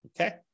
Okay